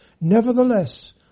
Nevertheless